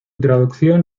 traducción